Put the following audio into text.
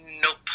Nope